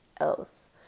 else